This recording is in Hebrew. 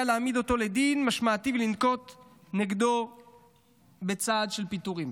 להעמיד אותו לדין משמעתי ולנקוט נגדו צעד של פיטורים.